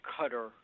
cutter